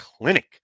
clinic